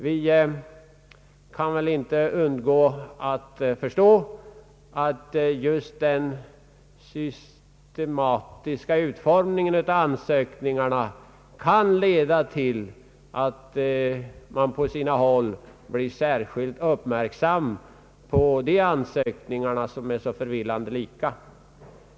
Vi kan inte undgå att på grund av en systematisk utformning av ansökningarna särskilt uppmärksamma sådana ansökningar, eftersom de är så förvillande lika.